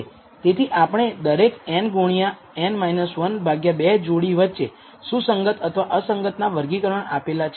તેથી આપણે દરેક n ગુણ્યા n 1 ભાગ્યા 2 જોડી વચ્ચે સુસંગત અથવા અસંગત ના વર્ગીકરણ કરેલ છે